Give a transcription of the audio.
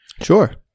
Sure